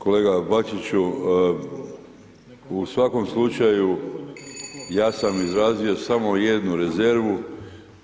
Kolega Bačiću u svakom slučaju ja sam izrazio samo jednu rezervu